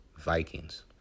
Vikings